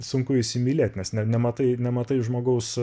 sunku įsimylėt nes ne nematai nematai žmogaus